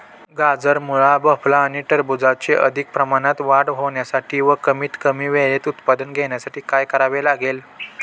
गाजर, मुळा, भोपळा आणि टरबूजाची अधिक प्रमाणात वाढ होण्यासाठी व कमीत कमी वेळेत उत्पादन घेण्यासाठी काय करावे लागेल?